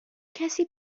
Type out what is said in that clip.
کسی